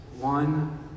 one